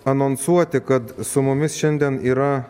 anonsuoti kad su mumis šiandien yra